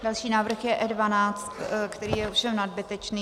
Další návrh je E12, který je ovšem nadbytečný.